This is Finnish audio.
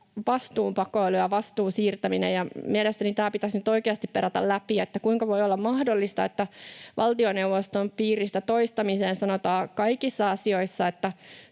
vastuun pakoilusta ja vastuun siirtämisestä: Mielestäni pitäisi nyt oikeasti perata läpi, kuinka voi olla mahdollista, että valtioneuvoston piiristä toistamiseen sanotaan kaikissa asioissa,